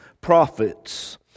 prophets